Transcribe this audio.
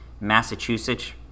massachusetts